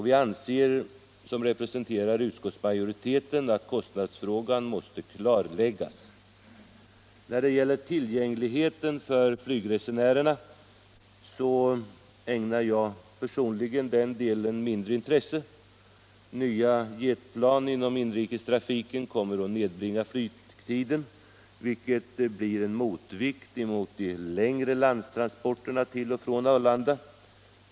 Vi som representerar utskottsmajoriteten anser att kostnadsfrågan måste klar läggas. När det gäller tillgängligheten för flygresenärerna så ägnar jag personligen den delen mindre intresse. Nya jetplan inom inrikestrafiken kommer att nedbringa flygtiden, vilket blir en motvikt mot de längre landtransporterna till och från Arlanda.